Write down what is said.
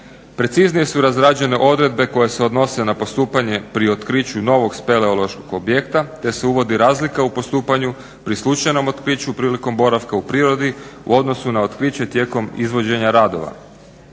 Preciznije su razrađene odredbe koje se odnose na postupanja pri otkriću novog speleološkog objekta te se uvodi razlika u postupanju pri slučajnom otkriću prilikom boravka u prirodi u odnosu na otkriće tijekom izvođenja radova.